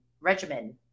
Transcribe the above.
regimen